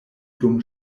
dum